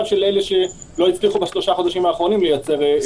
של אלה שלא הצליחו בשלושה החודשים האחרונים לייצר תשובות.